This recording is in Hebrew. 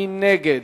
מי נגד?